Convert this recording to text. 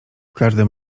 każdym